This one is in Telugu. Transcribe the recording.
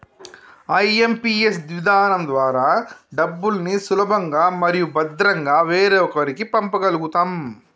ఐ.ఎం.పీ.ఎస్ విధానం ద్వారా డబ్బుల్ని సులభంగా మరియు భద్రంగా వేరొకరికి పంప గల్గుతం